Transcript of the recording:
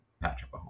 Patrick